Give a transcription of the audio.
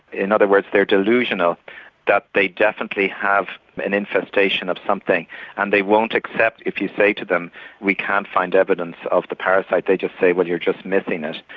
in other words they are delusional that they definitely have an infestation of something and they won't accept if you say to them we can't find evidence of the parasite. they just say well you're just missing it.